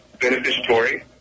beneficiary